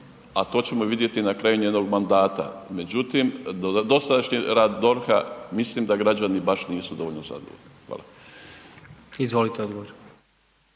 a to ćemo vidjeti na kraju njenog mandata. Međutim, dosadašnji rad DORH-a mislim da građani nisu baš dovoljno zadovoljni. Hvala. **Jandroković,